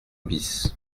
bis